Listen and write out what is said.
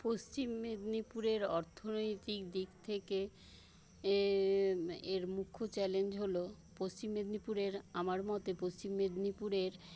পশ্চিম মেদিনীপুরের অর্থনৈতিক দিক থেকে এর মুখ্য চ্যালেঞ্জ হল পশ্চিম মেদিনীপুরের আমার মতে পশ্চিম মেদিনীপুরের